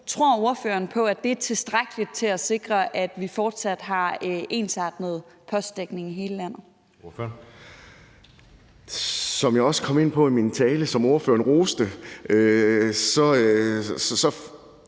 Tror ordføreren på, at det er tilstrækkeligt til at sikre, at vi fortsat har ensartet postdækning i hele landet? Kl. 10:50 Anden næstformand (Jeppe Søe): Ordføreren. Kl.